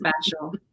special